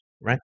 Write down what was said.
right